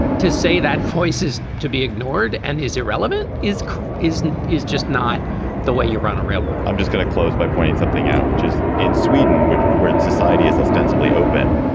to say that voices to be ignored and is irrelevant is is is just not the way you run a railroad i'm just going to close by pointing something out, which is in sweden, which where society is ostensibly open,